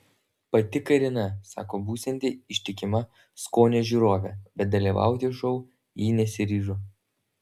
pati karina sako būsianti ištikima skonio žiūrovė bet dalyvauti šou ji nesiryžo